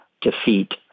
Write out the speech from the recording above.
defeat